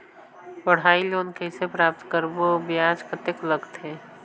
पढ़ाई लोन कइसे प्राप्त करबो अउ ब्याज कतेक लगथे?